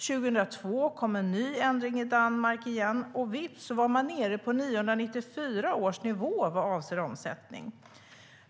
År 2002 kom ytterligare en ändring i Danmark, och vips var man nere på 1994 års nivå vad avsåg omsättningen.